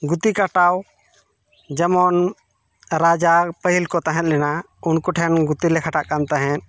ᱜᱩᱛᱤ ᱠᱷᱟᱴᱟᱣ ᱡᱮᱢᱚᱱ ᱨᱟᱡᱟ ᱯᱟᱹᱦᱤᱞ ᱠᱚ ᱛᱟᱦᱮᱸ ᱞᱮᱱᱟ ᱩᱱᱠᱩ ᱴᱷᱮᱱ ᱜᱩᱛᱤ ᱞᱮ ᱠᱷᱟᱴᱟᱜ ᱠᱟᱱ ᱛᱟᱦᱮᱸᱫ